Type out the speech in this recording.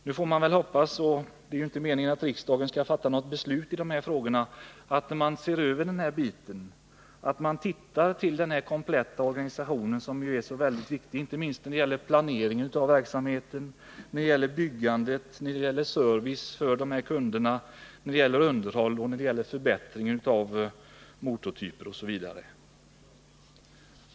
Det är inte meningen att riksdagen skall fatta något beslut i dessa frågor, men jag hoppas att man när man ser över den här biten också tittar på den kompletta organisationen, som är så viktig när det gäller planeringen av verksamheten, när det gäller byggandet, när det gäller servicen till kunderna, när det gäller underhållet, när det gäller förbättring av motortyper osv.